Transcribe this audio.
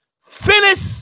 finish